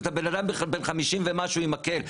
אתה בן אדם בן חמישים ומשהו עם מקל.